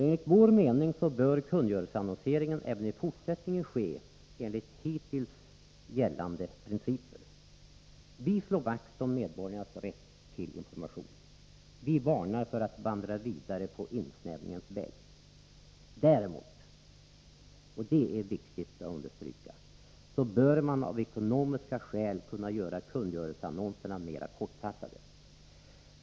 Enligt vår mening bör kungörelseannonseringen även i fortsättningen ske enligt hittills gällande principer. Vi slår vakt om medborgarnas rätt till information. Vi varnar för att vandra vidare på insnävningens väg. Däremot — och detta är viktigt att understryka — bör man av ekonomiska skäl kunna göra kungörelseannonserna mera kortfattade.